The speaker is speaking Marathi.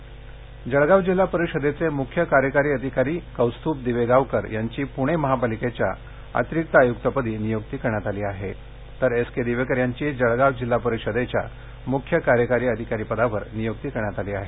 नियुक्ती जळगाव जिल्हा परिषदेचे मुख्य अधिकारी कौस्तूभ दिवेगावकर यांची पुणे महापालिकेच्या अतिरिक्त आयुक्तपदी नियुक्ती करण्यात आली आहे तर एस के दिवेकर यांची जळगाव जिल्हा परिषदेच्या मुख्य कार्यकारी अधिकारी पदी नियुक्ती करण्यात आली आहे